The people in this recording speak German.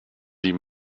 die